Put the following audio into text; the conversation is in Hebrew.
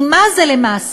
כי, מה זה למעשה?